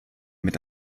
mit